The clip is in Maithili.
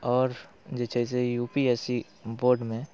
आओर जे छै से यू पी एस सी बोर्डमे